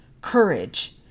courage